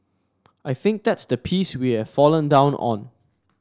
I think that's the piece we have fallen down on